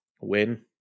win